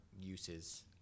uses